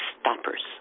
stoppers